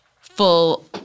full